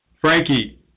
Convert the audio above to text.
Frankie